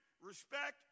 respect